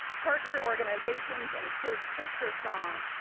partner organizations include sistersong,